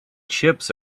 chips